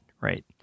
right